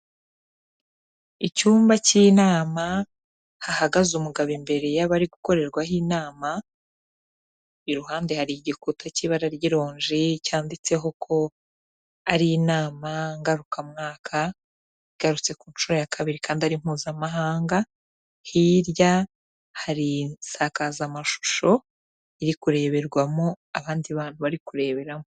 Icyumba cy'inama hahagaze umugabo imbere y'abari gukorerwaho inama, iruhande hari igikuta cy'ibara ry'ironji cyanditseho ko ari inama ngarukamwaka igarutse ku nshuro ya kabiri kandi ari mpuzamahanga, hirya hari insakazamashusho iri kureberwamo abandi bantu bari kureberamo.